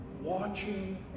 Watching